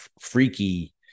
freaky